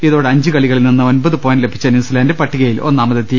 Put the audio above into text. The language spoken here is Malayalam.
ഇതോടെ അഞ്ച് കളികളിൽനിന്ന് ഒൻപത് പോയിന്റ് ലഭിച്ച ന്യൂസിലന്റ് പട്ടികയിൽ ഒന്നാമതെത്തി